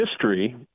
history